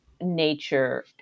nature